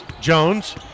Jones